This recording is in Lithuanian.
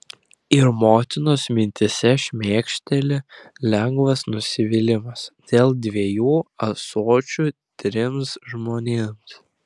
ir motinos mintyse šmėkšteli lengvas nusivylimas dėl dviejų ąsočių trims žmonėms